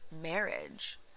marriage